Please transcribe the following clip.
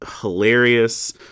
hilarious